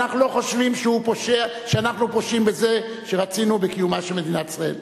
ואנחנו לא חושבים שאנחנו פושעים בזה שרצינו בקיומה של מדינת ישראל.